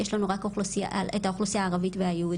יש לנו רק את האוכלוסייה הערבית והיהודית,